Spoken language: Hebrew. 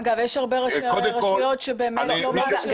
אגב, יש הרבה ראשי רשויות שלא מאשרים.